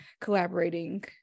collaborating